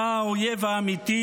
אתה האויב האמיתי.